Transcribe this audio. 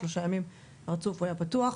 שלושה ימים רצוף הוא היה פתוח,